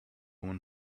woman